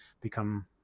become